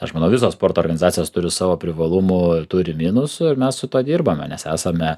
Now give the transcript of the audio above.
aš manau visos sporto organizacijos turi savo privalumų turi minusų ir mes su tuo dirbame nes esame